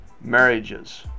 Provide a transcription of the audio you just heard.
marriages